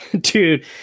Dude